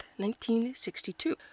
1962